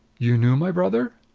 you knew my brother?